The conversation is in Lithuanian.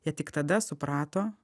jie tik tada suprato